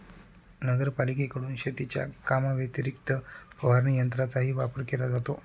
नगरपालिकेकडून शेतीच्या कामाव्यतिरिक्त फवारणी यंत्राचाही वापर केला जातो